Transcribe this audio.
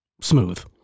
smooth